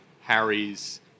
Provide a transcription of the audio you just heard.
Harry's